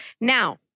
Now